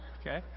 Okay